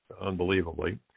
unbelievably